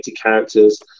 characters